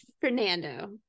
Fernando